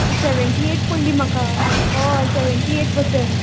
seventy eight पळ्ळी म्हाका हय सॅवँटी एट पसँट